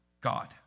God